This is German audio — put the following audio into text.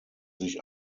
sich